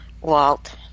Walt